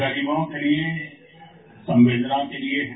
गरीबों के लिए संवेदनाओं के लिए है